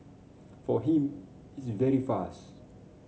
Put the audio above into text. for him it's very fast